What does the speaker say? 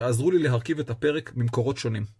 ועזרו לי להרכיב את הפרק ממקורות שונים.